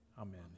Amen